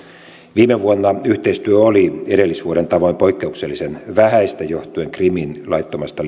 viime vuonna yhteistyö oli edellisvuoden tavoin poikkeuksellisen vähäistä johtuen krimin laittomasta